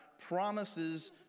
promises